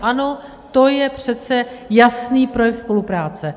Ano, to je přece jasný projev spolupráce.